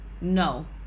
no